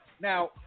Now